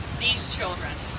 these children,